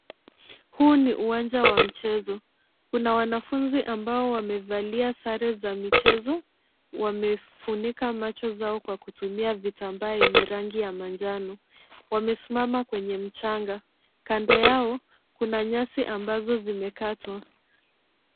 Huu ni uwanja wa mchezo, kuna wanafunzi ambao wamevalia sare za michezo, wamefunika macho zao kwa kutumia vitamba yenye rangi ya manjano. Wamesimama kwenye mchanga, kando yao kuna nyasi ambazo zimekatwa.